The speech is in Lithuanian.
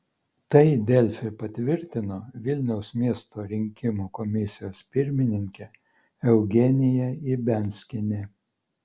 tai delfi patvirtino vilniaus miesto rinkimų komisijos pirmininkė eugenija ibianskienė